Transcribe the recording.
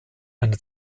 eine